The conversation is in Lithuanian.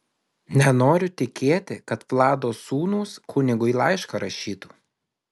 nenoriu tikėti kad vlado sūnūs kunigui laišką rašytų